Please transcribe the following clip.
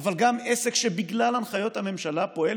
אבל גם עסק שבגלל הנחיות הממשלה פועל